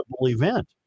event